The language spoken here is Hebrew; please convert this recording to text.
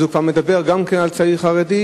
אז הוא כבר מדבר גם כן על צעיר חרדי,